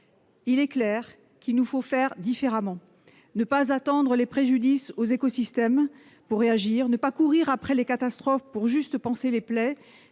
Il est clair qu'il nous faut faire différemment, ne pas attendre les préjudices aux écosystèmes pour réagir, ne pas courir après les catastrophes pour juste panser les plaies,